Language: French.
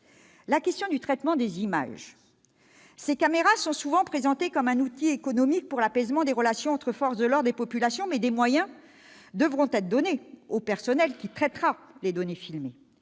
La question du traitement des images est aussi importante : ces caméras sont souvent présentées comme un outil prétendument économique pour l'apaisement des relations entre forces de l'ordre et population, mais des moyens devront être donnés au personnel qui traitera les données filmées.